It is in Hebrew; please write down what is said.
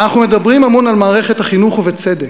אנחנו מדברים המון על מערכת החינוך, ובצדק.